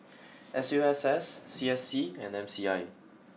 S U S S C S C and M C I